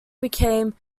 became